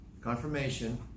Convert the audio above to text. confirmation